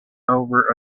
over